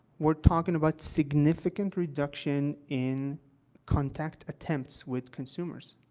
we're talking about significant reduction in contact attempts with consumers,